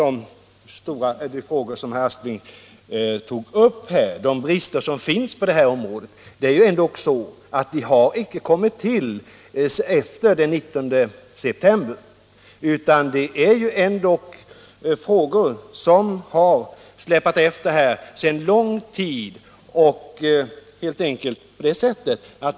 De brister på detta område som herr Aspling talade om har ändå icke uppkommit efter den 19 september förra året. Det gäller här eftersläpningar sedan lång tid tillbaka.